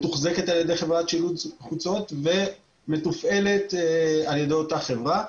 מתוחזקת על ידי חברת שילוט חוצות ומתופעלת על ידי אותה חברה.